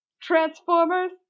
Transformers